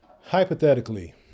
Hypothetically